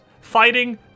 Fighting